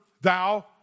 thou